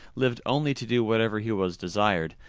lived only to do whatever he was desired,